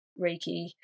Reiki